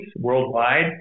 worldwide